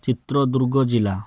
ଚିତ୍ରଦୁର୍ଗ ଜିଲ୍ଲା